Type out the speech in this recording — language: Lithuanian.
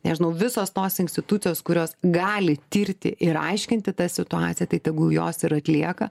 nežinau visos tos institucijos kurios gali tirti ir aiškinti tą situaciją tai tegul jos ir atlieka